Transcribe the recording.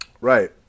Right